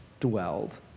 dwelled